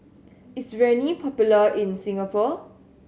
is Rene popular in Singapore